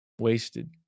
wasted